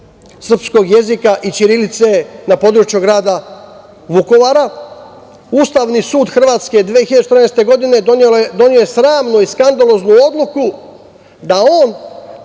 srpskog jezika i ćirilice na području grada Vukovara. Ustavni sud Hrvatske je 2014. godine doneo je sramnu i skandaloznu odluku da on,